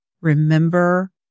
remember